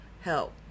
help